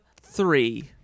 three